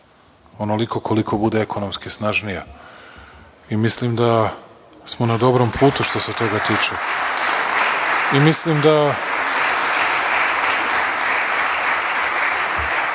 onoliko koliko bude ekonomski snažnija. Mislim da smo na dobrom putu što se toga tiče. Znate, kada